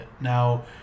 now